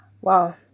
Wow